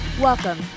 Welcome